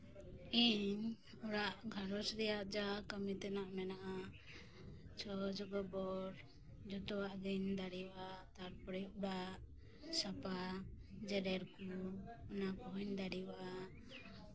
ᱤᱧ ᱚᱲᱟᱜ ᱜᱷᱟᱸᱨᱚᱡᱽ ᱨᱮᱭᱟᱜ ᱡᱟ ᱠᱟᱹᱢᱤ ᱛᱮᱱᱟᱜ ᱢᱮᱱᱟᱜᱼᱟ ᱪᱷᱚᱡᱼᱵᱟᱵᱚᱛ ᱡᱚᱛᱚᱣᱟᱜ ᱜᱤᱧ ᱫᱟᱲᱮᱣᱟᱜᱼᱟ ᱛᱟᱨᱯᱚᱨᱮ ᱚᱲᱟᱜ ᱥᱟᱯᱟ ᱡᱮᱨᱮᱲ ᱠᱚ ᱚᱱᱟ ᱠᱚᱦᱩᱧ ᱫᱟᱲᱮᱣᱟᱜᱼᱟ